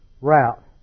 route